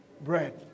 bread